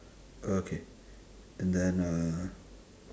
okay and then uh